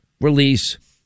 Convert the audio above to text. release